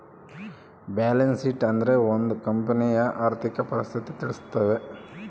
balance sheet ಅಂದ್ರೆ ಒಂದ್ ಕಂಪನಿಯ ಆರ್ಥಿಕ ಪರಿಸ್ಥಿತಿ ತಿಳಿಸ್ತವೆ